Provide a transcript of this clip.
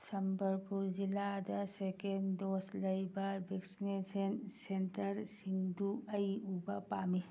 ꯁꯝꯕꯜꯄꯨꯔ ꯖꯤꯂꯥꯗ second dose ꯂꯩꯕ vaccination ꯁꯦꯟꯇꯔꯁꯤꯡꯗꯨ ꯑꯩ ꯎꯕ ꯄꯥꯝꯃꯤ